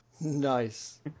Nice